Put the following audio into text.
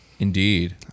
Indeed